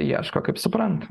ieško kaip supranta